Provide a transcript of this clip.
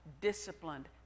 disciplined